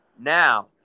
Now